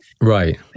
Right